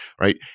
right